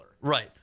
Right